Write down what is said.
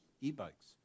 e-bikes